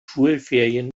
schulferien